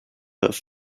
have